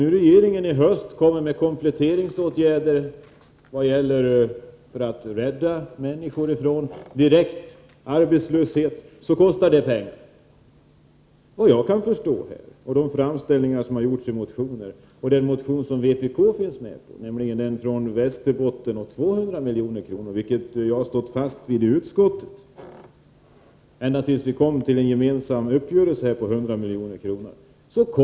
Om regeringen i höst kommer med förslag till kompletteringsåtgärder för att rädda människor ifrån direkt arbetslöshet, så kostar det pengar. I den motion som vpk finns med på, nämligen den från Västerbotten, görs framställning om 200 milj.kr. Det har jag stått fast vid i utskottet ända tills vi kom till en gemensam uppgörelse om 100 milj.kr.